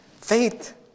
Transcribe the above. faith